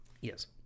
Yes